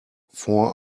four